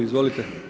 Izvolite!